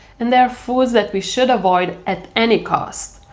and there are foods that we should avoid at any cost.